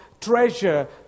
treasure